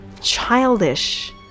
childish